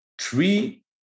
three